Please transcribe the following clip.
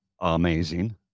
amazing